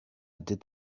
did